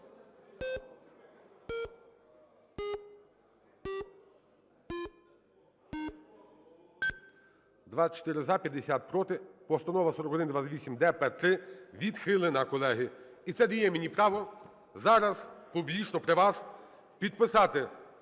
24 – за, 50 – проти. Постанова 4128-д-П3 відхилена, колеги. І це дає мені право зараз публічно при вас підписати